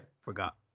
forgot